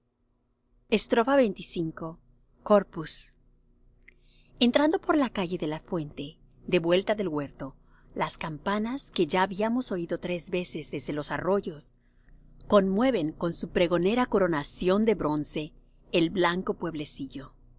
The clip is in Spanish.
lentamente xxv corpus entrando por la calle de la fuente de vuelta del huerto las campanas que ya habíamos oído tres veces desde los arroyos conmueven con su pregonera coronación de bronce el blanco pueblecillo